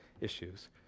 issues